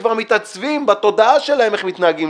כבר מתעצבים בתודעה שלהם איך מתנהגים